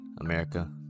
America